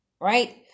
Right